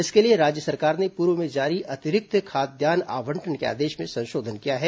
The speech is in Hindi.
इसके लिए राज्य सरकार ने पूर्व में जारी अतिरिक्त खाद्यान्न आवंटन के संशोधन किया है